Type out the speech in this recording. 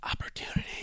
opportunity